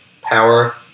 power